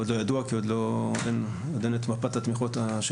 עוד לא ידוע כי עוד אין את מפת התמיכות של